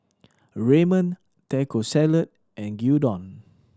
Ramen Taco Salad and Gyudon